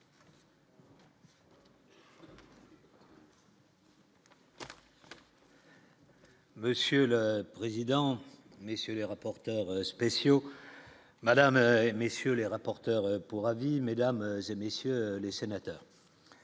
Monsieur le président, messieurs les rapporteurs spéciaux, Madame et messieurs les rapporteurs pour avis, mesdames et messieurs les sénateurs,